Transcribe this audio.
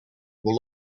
will